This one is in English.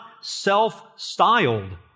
self-styled